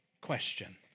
question